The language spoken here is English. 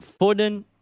Foden